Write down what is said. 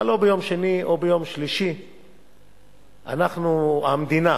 אבל או ביום שני או ביום שלישי אנחנו, המדינה